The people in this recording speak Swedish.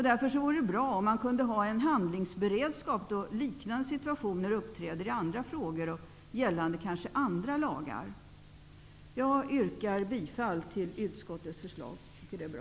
Därför vore det bra om man kunde ha en handlingsberedskap då liknande situationer uppträder i andra frågor och gällande kanske andra lagar. Jag yrkar bifall till utskottets förslag. Jag tycker att det är bra.